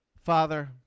Father